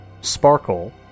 Sparkle